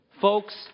Folks